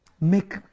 Make